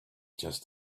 just